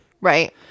right